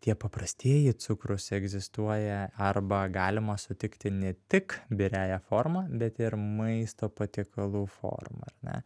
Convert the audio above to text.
tie paprastieji cukrūs egzistuoja arba galima sutikti ne tik biriąja forma bet ir maisto patiekalų forma ar ne